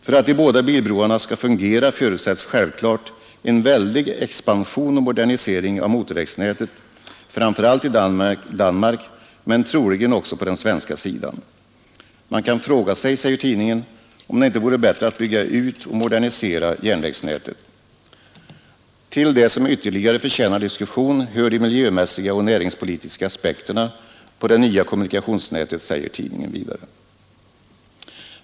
För att båda bilbroarna skall 19 fungera förutsätts självklart en väldig expansion och modernisering av motorvägnätet, framför allt i Danmark, men troligen också på den svenska sidan, säger tidningen och fortsätter: Man kan fråga sig om det inte vore bättre att bygga ut och modernisera järnvägsnätet. Till det som ytterligare förtjänar diskussion hör de miljömässiga och näringspolitiska aspekterna på det nya kommunikationsnätet, säger tidningen vidare.